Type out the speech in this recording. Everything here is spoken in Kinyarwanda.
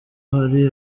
hari